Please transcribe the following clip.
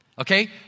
okay